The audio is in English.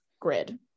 grid